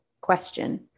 question